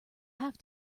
have